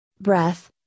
breath